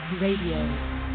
Radio